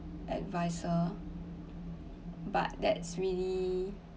advisor but that's really